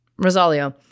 Rosalio